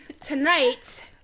tonight